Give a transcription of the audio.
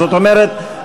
זאת אומרת,